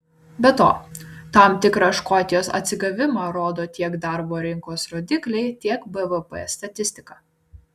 be to tam tikrą škotijos atsigavimą rodo tiek darbo rinkos rodikliai tiek bvp statistika